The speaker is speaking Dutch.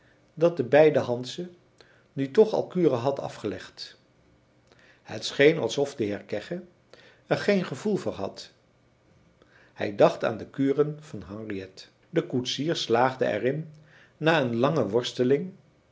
dat de bijdehandsche nu toch alle kuren had afgelegd het scheen alsof de heer kegge er geen gevoel voor had hij dacht aan de kuren van henriet de koetsier slaagde er in na een lange worsteling